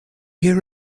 hear